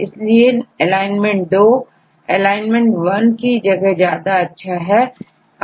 इसलिए एलाइनमेंट दो alignment one की जगह ज्यादा अच्छा है